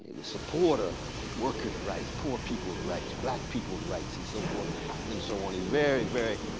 the support of worker's rights, poor people's rights, black people's rights, and so forth and so on. he's very, very